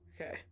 Okay